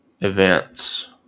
events